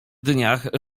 dniach